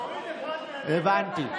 הבנתי.